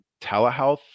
telehealth